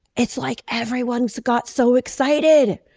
it's like everyone's got so excited.